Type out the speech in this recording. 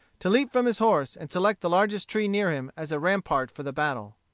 to leap from his horse, and select the largest tree near him as a rampart for the battle.